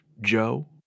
Joe